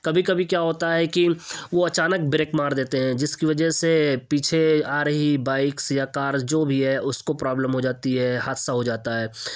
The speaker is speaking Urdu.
کبھی کبھی کیا ہوتا ہے کہ وہ اچانک بریک مار دیتے ہیں جس کی وجہ سے پیچھے آ رہی بائیکس یا کارز جو بھی ہے اس کو پرابلم ہو جاتی ہے حادثہ ہو جاتا ہے